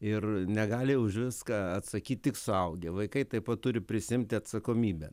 ir negali už viską atsakyt tik suaugę vaikai taip pat turi prisiimti atsakomybę